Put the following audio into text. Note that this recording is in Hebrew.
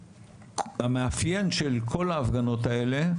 המאפיין של כל ההפגנות האלה,